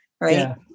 right